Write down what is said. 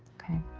okay.